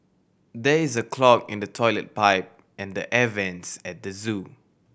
there is a clog in the toilet pipe and the air vents at the zoo